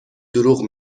دروغ